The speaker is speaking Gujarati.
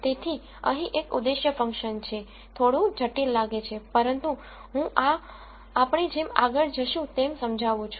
તેથી અહીં એક ઉદ્દેશ્ય ફંક્શન છે થોડું જટિલ લાગે છે પરંતુ હું આ આપણે જેમ આગળ જશું તેમ સમજાવું છું